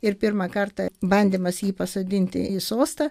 ir pirmą kartą bandymas jį pasodinti į sostą